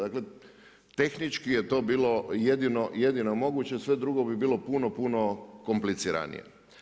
Dakle tehnički je to bilo jedino moguće, sve drugo bi bilo puno, puno kompliciranije.